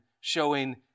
showing